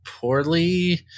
poorly